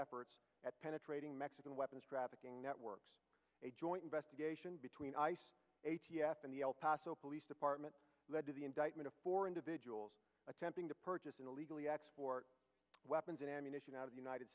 efforts at penetrating mexican weapons trafficking networks a joint investigation between ice a t f and the el paso police department led to the indictment of four individuals attempting to purchase and illegally export weapons and ammunition out of the united